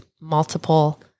multiple